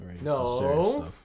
No